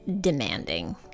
demanding